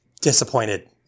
disappointed